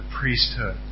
priesthood